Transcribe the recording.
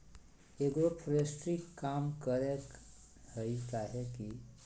agroforestry काम करेय हइ काहे कि इ थ्री डी में खेती करेय हइ